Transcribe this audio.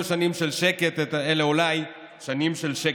שנים של שקט אלא אולי שנים של שקר.